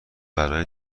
برای